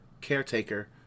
caretaker